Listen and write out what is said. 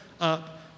up